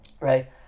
right